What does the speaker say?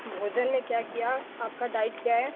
भोजन में क्या किया आपका डाइट क्या है